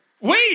Wait